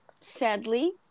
Sadly